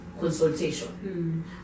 consultation